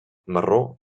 marró